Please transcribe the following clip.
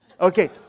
Okay